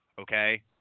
okay